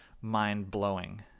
mind-blowing